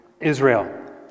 Israel